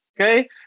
Okay